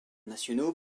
nationaux